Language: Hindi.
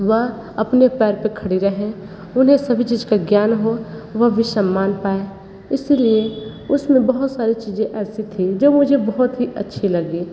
वह अपने पैर पर खड़े रहें उन्हें सभी चीज़ का ज्ञान हो वह भी सम्मान पाए इसलिए उसमें बहुत सारी चीज़ें ऐसी थी जो मुझे बहुत ही अच्छी लगी